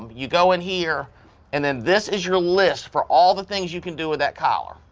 you go in here and then this is your list for all the things you can do with that collar.